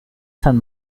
san